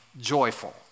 joyful